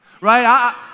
right